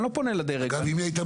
אני לא פונה לדרג --- אגב אם היא הייתה